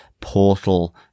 portal